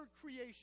creation